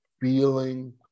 feeling